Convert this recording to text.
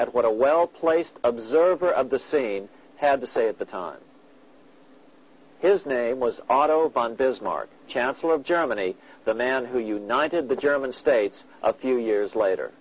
at what a well placed observer of the scene had to say at the time his name was autobahn bismarck chancellor of germany the man who united the german states a few years later